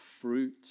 fruit